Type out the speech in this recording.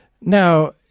Now